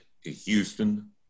Houston